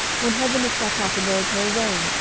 when heaven is shut up, and there is no rain,